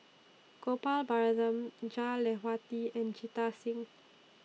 Gopal Baratham Jah and Jita Singh